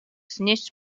znieść